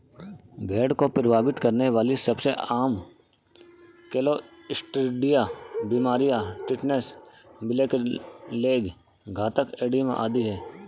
भेड़ को प्रभावित करने वाली सबसे आम क्लोस्ट्रीडिया बीमारियां टिटनेस, ब्लैक लेग, घातक एडिमा आदि है